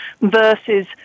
versus